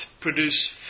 produce